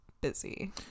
busy